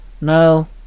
No